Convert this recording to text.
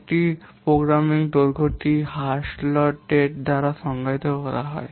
একটি প্রোগ্রামের দৈর্ঘ্যটি হালসটেড দ্বারা সংজ্ঞায়িত করা হয়